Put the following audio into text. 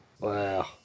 Wow